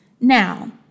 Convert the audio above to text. Now